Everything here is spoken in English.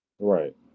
right